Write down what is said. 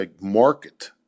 market